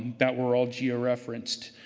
that we're all georeferenced.